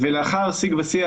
ולאחר שיג ושיח,